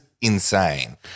insane